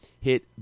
hit